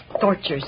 tortures